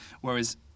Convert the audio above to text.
Whereas